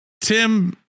tim